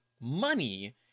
money